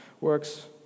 works